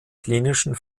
klinischen